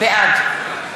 בעד